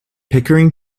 pickering